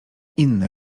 inne